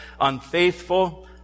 unfaithful